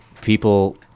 people